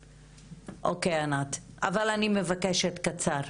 זכות דיבור, אבל אני מבקשת קצר.